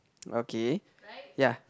okay ya